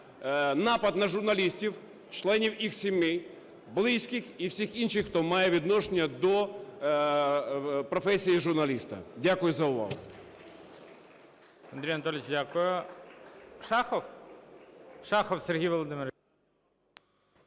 напад на журналістів, членів їх сімей, близьких і всіх інших, хто має відношення до професії журналіста. Дякую за увагу.